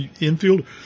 infield